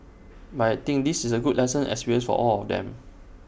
but I think this is A good lesson experience for all of them